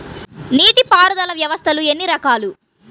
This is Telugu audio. నీటిపారుదల వ్యవస్థలు ఎన్ని రకాలు?